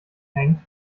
hängt